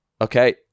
okay